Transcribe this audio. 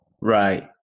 Right